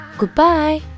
goodbye